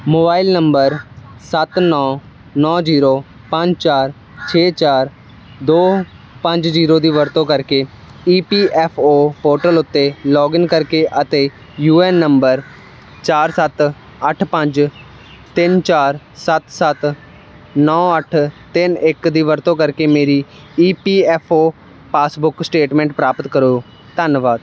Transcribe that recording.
mobile number ਸੱਤ ਨੌਂ ਨੌਂ ਜ਼ੀਰੋ ਪੰਜ ਚਾਰ ਛੇ ਚਾਰ ਦੋ ਪੰਜ ਜ਼ੀਰੋ ਦੀ ਵਰਤੋਂ ਕਰਕੇ E P F O portal ਉੱਤੇ ਲੌਗਇਨ ਕਰਕੇ ਅਤੇ ਯੂ ਐਨ ਨੰਬਰ ਚਾਰ ਸੱਤ ਅੱਠ ਪੰਜ ਤਿੰਨ ਚਾਰ ਸੱਤ ਸੱਤ ਨੌਂ ਅੱਠ ਤਿੰਨ ਇੱਕ ਦੀ ਵਰਤੋਂ ਕਰਕੇ ਮੇਰੀ E P F O passbook statement ਪ੍ਰਾਪਤ ਕਰੋ ਧੰਨਵਾਦ